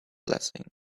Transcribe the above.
blessing